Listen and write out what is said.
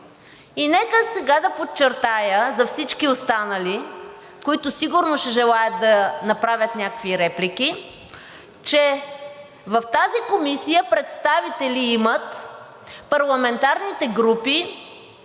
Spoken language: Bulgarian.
И нека сега да подчертая за всички останали, които сигурно ще желаят да направят някакви реплики, че в тази комисия представители имат парламентарните групи,